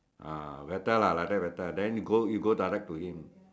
ah better lah like that better than you go you go direct to him